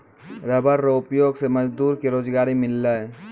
rubber रो उपयोग से मजदूर के रोजगारी मिललै